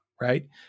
right